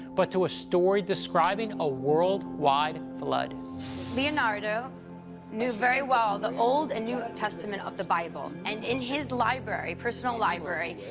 but to a story describing a worldwide flood. interpreter leonardo knew very well the old and new testament of the bible. and in his library, personal library,